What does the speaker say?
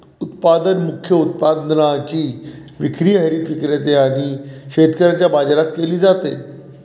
उत्पादन मुख्य उत्पादनाची विक्री हरित विक्रेते आणि शेतकऱ्यांच्या बाजारात केली जाते